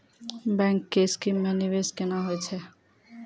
Bank के scheme मे निवेश केना होय छै?